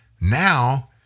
Now